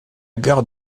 gare